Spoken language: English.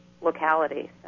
locality